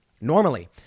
Normally